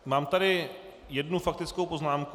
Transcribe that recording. Mám tady jednu faktickou poznámku.